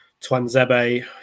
Twanzebe